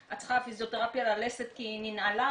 את צריכה פיזיותרפיה ללסת כי היא ננעלה,